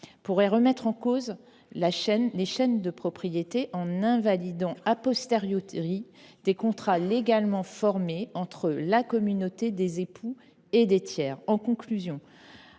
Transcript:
pourrait remettre en cause les chaînes de propriété, en invalidant des contrats légalement formés entre la communauté des époux et des tiers. En conclusion,